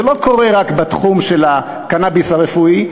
זה לא קורה רק בתחום של הקנאביס הרפואי,